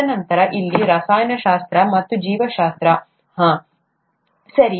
ತದನಂತರ ಇಲ್ಲಿ ರಸಾಯನಶಾಸ್ತ್ರ ಮತ್ತು ಜೀವಶಾಸ್ತ್ರ ಹಾಂ ಸರಿ